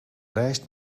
rijst